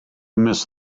miss